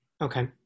Okay